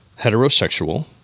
heterosexual